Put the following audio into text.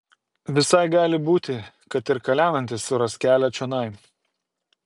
visai gali būti kad ir kalenantis suras kelią čionai